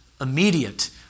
immediate